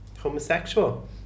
homosexual